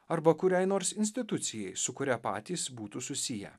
arba kuriai nors institucijai su kuria patys būtų susiję